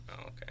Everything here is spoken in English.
okay